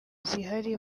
zihari